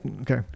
Okay